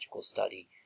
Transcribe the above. study